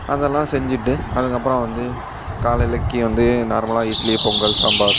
அதெல்லாம் செஞ்சுட்டு அதுக்கப்புறம் வந்து காலையிலைக்கு வந்து நார்மலாக இட்லி பொங்கல் சாம்பார்